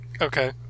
Okay